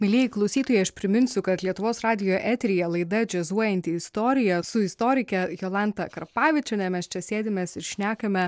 mielieji klausytojai aš priminsiu kad lietuvos radijo eteryje laida džiazuojanti istorija su istorike jolanta karpavičiene mes čia sėdamės ir šnekame